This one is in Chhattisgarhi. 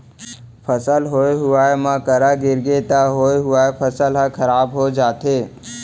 फसल होए हुवाए म करा गिरगे त होए हुवाए फसल ह खराब हो जाथे